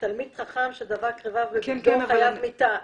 תלמיד חכם שדבק רבב בבגדו חייב מיתה.